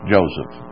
Joseph